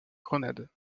grenade